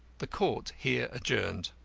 the court here adjourned,